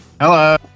Hello